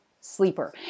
sleeper